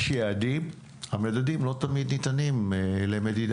יש יעדים, המדדים לא תמיד ניתנים למדידה